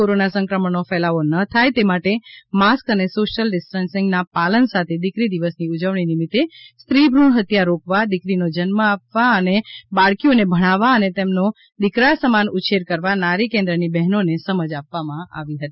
corona સંક્રમણનો ફેલાવો ના થાય તે માટે માસ્ક અને શોસિયલ ડિસ્ટન્સિંગના પાલન સાથે દિકરી દિવસની ઉજવણી નિમિત્તે સ્ત્રી ભુણ હત્યા રોકવા દિકરીઓને જન્મ આપવા અને બાળકીઓને ભણાવવા અને તેમનો દિકરા સમાન ઉછેર કરવા નારી કેંદ્રની બહેનોને સમજ આપવામાં આવી હતી